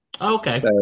Okay